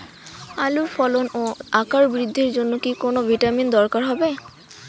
আলুর ফলন ও আকার বৃদ্ধির জন্য কি কোনো ভিটামিন দরকার হবে?